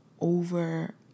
over